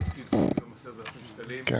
------ גם 10,000 שקלים,